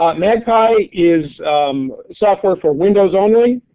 um magpie is a software for windows only,